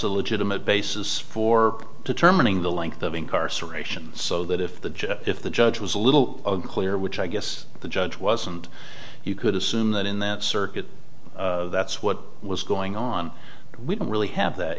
a legitimate basis for determining the length of incarceration so that if the judge if the judge was a little unclear which i guess the judge wasn't you could assume that in that circuit that's what was going on we don't really have that